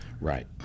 right